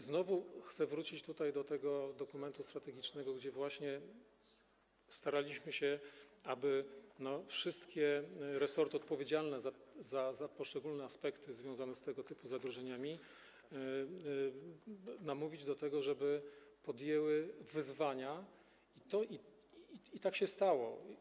Znowu chcę wrócić tutaj do tego dokumentu strategicznego, gdzie właśnie staraliśmy się, aby wszystkie resorty odpowiedzialne za poszczególne aspekty związane z tego typu zagrożeniami namówić do tego, żeby podjęły wyzwania, i tak się stało.